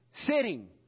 sitting